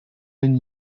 been